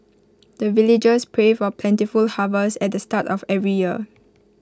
the villagers pray for plentiful harvest at the start of every year